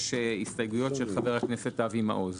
הסתייגויות של חבר הכנסת אבי מעוז.